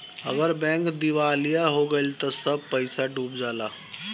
अगर बैंक दिवालिया हो गइल त सब पईसा डूब जाला